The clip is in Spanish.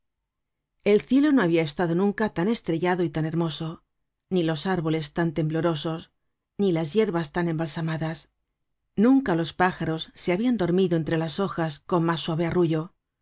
el cielo no habia estado nunca tan estrellado y tan hermoso ni los árboles tan temblorosos ni las yerbas tan embalsamadas nunca los pájaros se habian dormido entre las hojas con mas suave arrullo